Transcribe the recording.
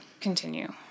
Continue